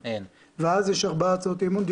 ואז יש ארבע הצעות אי-אמון,